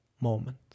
moment